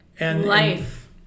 Life